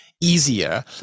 easier